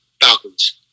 Falcons